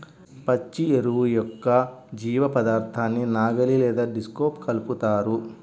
పచ్చి ఎరువు యొక్క జీవపదార్థాన్ని నాగలి లేదా డిస్క్తో కలుపుతారు